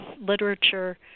literature